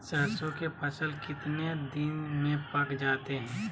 सरसों के फसल कितने दिन में पक जाते है?